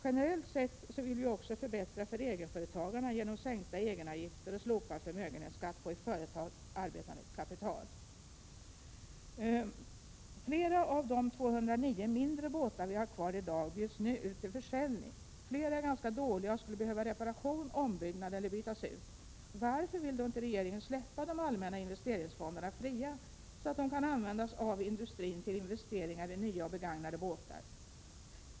Generellt sett vill vi också förbättra för egenföretagarna genom sänkta egenavgifter och slopad förmögenhetsskatt på i företag arbetande kapital. Flera av de 209 mindre båtar vi har kvar i dag bjuds nu ut till försäljning. Många är ganska dåliga och skulle behöva repareras, byggas om eller bytas ut. Varför vill då inte regeringen släppa de allmänna investeringsfonderna fria, så att de kan användas av industrin till investeringar i nya och begagnade båtar?